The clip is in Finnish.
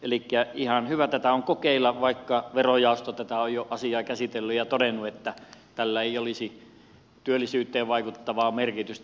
elikkä ihan hyvä tätä on kokeilla vaikka verojaosto tätä asiaa on jo käsitellyt ja todennut että tällä ei olisi työllisyyteen vaikuttavaa merkitystä